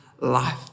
life